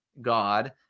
God